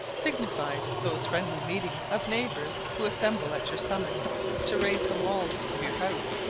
signifies those friendly meetings of neighbours who assemble at your summons to raise the walls of your house,